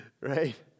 right